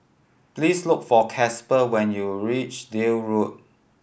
please look for Casper when you reach Deal Road